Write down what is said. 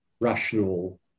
Rational